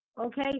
okay